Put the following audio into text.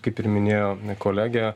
kaip ir minėjo kolegė